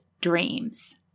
dreams